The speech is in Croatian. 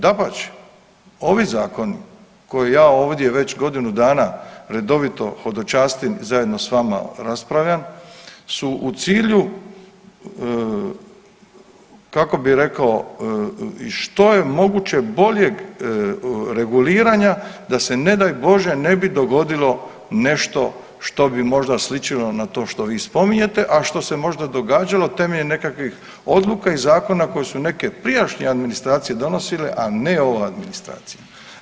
Dapače, ovi zakoni koje ja ovdje već godinu dana redovito hodočastim zajedno s vama raspravljam su u cilju kako bih rekao i što je moguće boljeg reguliranja da se ne daj Bože ne bi dogodilo nešto što bi možda sličilo na to što vi spominje, a što se možda događalo temeljem nekakvih odluka i zakona koji su neke prijašnje administracije donosile a ne ova administracija.